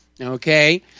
Okay